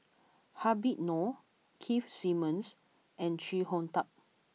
Habib Noh Keith Simmons and Chee Hong Tat